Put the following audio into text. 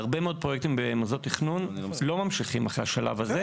הרבה מאוד פרויקטים במוסדות תכנון לא ממשיכים אחרי השלב הזה.